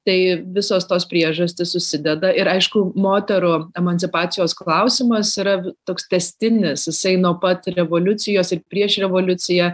tai visos tos priežastys susideda ir aišku moterų emancipacijos klausimas yra toks tęstinis jisai nuo pat revoliucijos ir prieš revoliuciją